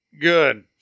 Good